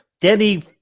Denny